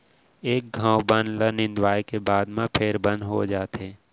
एक घौं बन ल निंदवाए के बाद म फेर बन हो जाथे